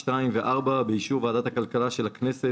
2 ו-4 באישור ועדת הכלכלה של הכנסת,